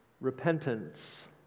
repentance